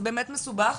זה באמת מסובך,